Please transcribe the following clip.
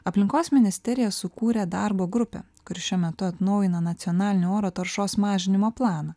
aplinkos ministerija sukūrė darbo grupę kuri šiuo metu atnaujina nacionalinio oro taršos mažinimo planą